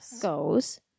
goes